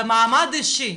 במעמד אישי,